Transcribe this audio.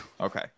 Okay